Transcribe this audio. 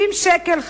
70 שקלים,